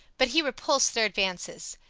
but he repulsed their advances.